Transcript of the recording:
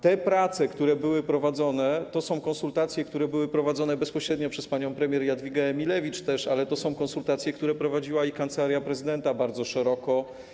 Te prace, które były prowadzone, to są konsultacje, które były prowadzone bezpośrednio przez panią premier Jadwigę Emilewicz też, ale to są konsultacje, które prowadziła i Kancelaria Prezydenta bardzo szeroko.